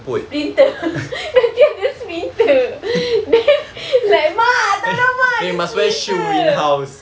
splinter nanti ada splinter then like mak tolong mak ada splinter